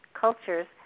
cultures